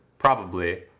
probably,